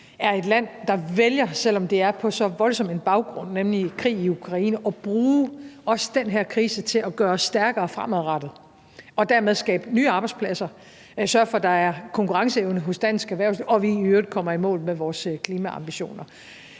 er et land, der vælger, selv om det er på så voldsom en baggrund, nemlig krig i Ukraine, at bruge også den her krise til at gøre os stærkere fremadrettet og dermed skabe nye arbejdspladser og sørge for, at der er konkurrenceevne hos dansk erhvervsliv, og at vi i øvrigt kommer i mål med vores klimaambitioner.